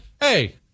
hey